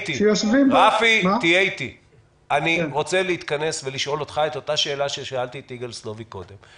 אני רוצה להתכנס ולשאול אותך את אותה ששאלתי את יגאל סלוביק קודם.